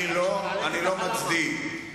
אני רוצה לומר